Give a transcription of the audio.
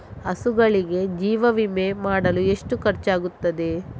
ಹಸುಗಳಿಗೆ ಜೀವ ವಿಮೆ ಮಾಡಲು ಎಷ್ಟು ಖರ್ಚಾಗುತ್ತದೆ?